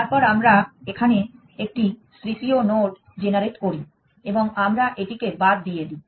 তারপর আমরা এখানে একটি তৃতীয় লোড জেনারেট করি এবং আমরা এটিকে বাদ দিয়ে দিই